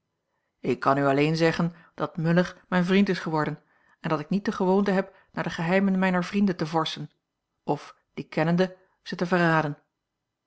ik kan u alleen zeggen dat muller mijn vriend is geworden en dat ik niet de gewoonte heb naar de geheimen mijner vrienden te vorschen of die kennende ze te verraden